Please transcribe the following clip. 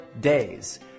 days